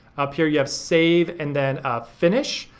up here you have save and then ah finish.